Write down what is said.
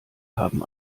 haben